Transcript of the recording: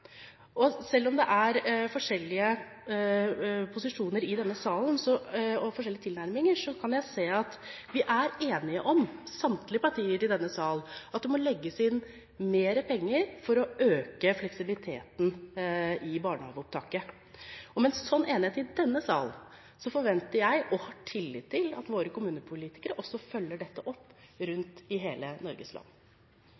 annerledes. Selv om det er forskjellige posisjoner i denne salen og forskjellige tilnærminger, kan jeg se at vi er enige om, samtlige partier i denne sal, at det må legges inn mer penger for å øke fleksibiliteten i barnehageopptaket. Med en sånn enighet i denne sal forventer jeg og har tillit til at våre kommunepolitikere rundt i hele Norges land også følger dette opp.